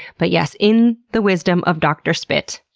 but yes, in the wisdom of dr. spit,